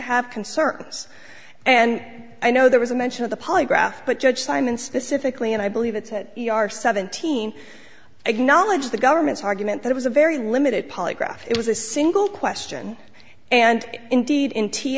have concerns and i know there was a mention of the polygraph but judge simon specifically and i believe it's seventeen again knowledge the government's argument that it was a very limited polygraph it was a single question and indeed in t